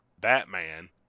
Batman